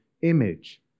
image